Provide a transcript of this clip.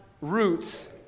roots